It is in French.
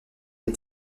des